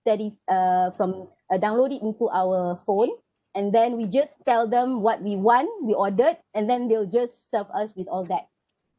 that is uh from uh download it into our phone and then we just tell them what we want we ordered and then they'll just serve us with all that